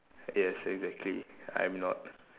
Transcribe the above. yes exactly I'm not